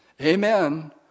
amen